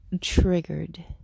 triggered